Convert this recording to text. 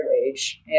wage